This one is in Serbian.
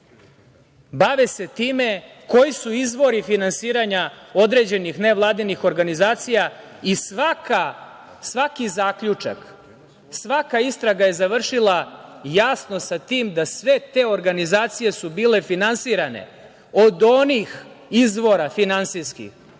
Bave se time koji su izvori finansiranja određenih nevladinih organizacija i svaki zaključak, svaka istraga je završila jasno sa tim da su sve te organizacije bile finansirane od onih izvora finansijskih